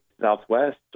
Southwest